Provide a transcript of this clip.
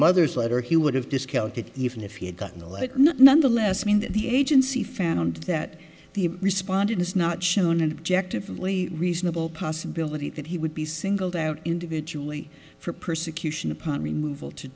mother's letter he would have discounted even if he had gotten a letter none the less mean that the agency found that the respondents not shown an objective lee reasonable possibility that he would be singled out individually for persecution upon removal to